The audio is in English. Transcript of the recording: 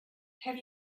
have